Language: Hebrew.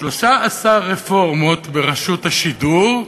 13 רפורמות ברשות השידור,